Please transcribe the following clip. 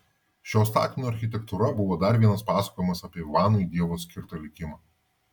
šio statinio architektūra buvo dar vienas pasakojimas apie ivanui dievo skirtą likimą